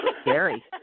scary